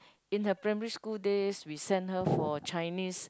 in her primary school days we sent her for Chinese